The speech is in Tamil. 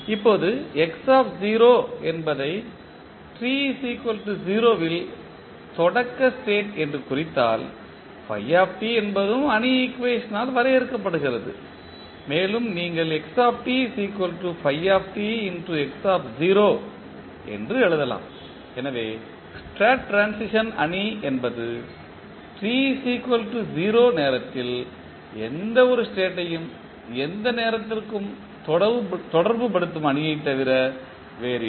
இப்போது x என்பதை t 0 இல் தொடக்க ஸ்டேட் என குறித்தால் என்பதும் அணி ஈக்குவேஷனால் வரையறுக்கப்படுகிறது மேலும் நீங்கள் என்று எழுதலாம் எனவே ஸ்டேட் ட்ரான்சிஷன் அணி என்பது t 0 நேரத்தில் எந்த ஒரு ஸ்டேட்யையும் எந்த நேரத்திற்கும் தொடர்புபடுத்தும் அணியைத் தவிர வேறில்லை